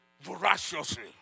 voraciously